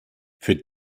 für